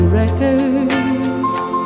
records